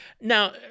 Now